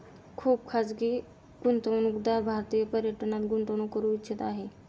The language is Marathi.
खुप खाजगी गुंतवणूकदार भारतीय पर्यटनात गुंतवणूक करू इच्छित आहे